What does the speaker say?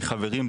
מחברים,